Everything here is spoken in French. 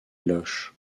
loches